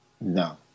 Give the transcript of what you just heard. No